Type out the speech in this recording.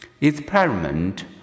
Experiment